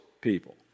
people